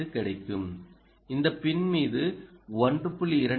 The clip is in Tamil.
2 கிடைக்கும் இந்த பின் மீது 1